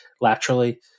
laterally